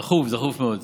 דחוף, דחוף מאוד.